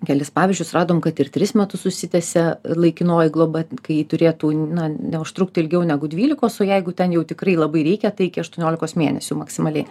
kelis pavyzdžius radom kad ir tris metus užsitęsia laikinoji globa kai ji turėtų na neužtrukti ilgiau negu dvylikos o jeigu ten jau tikrai labai reikia tai iki aštuoniolikos mėnesių maksimaliai